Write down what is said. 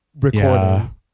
recording